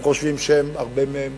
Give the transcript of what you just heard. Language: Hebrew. הם חושבים שהרבה מהם